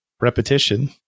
Repetition